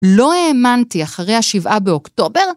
לא האמנתי אחרי השבעה באוקטובר